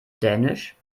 dänisch